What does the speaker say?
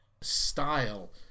style